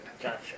Gotcha